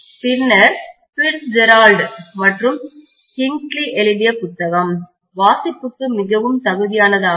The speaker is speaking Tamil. பின்னர் ஃபிட்ஸ்ஜெரால்ட் மற்றும் கிங்ஸ்லி எழுதிய புத்தகம் வாசிப்புக்கு மிகவும் தகுதியானதாகும்